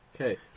Okay